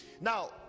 Now